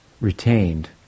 retained